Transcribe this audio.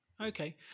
Okay